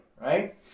right